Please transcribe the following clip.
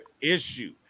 issue